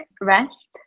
rest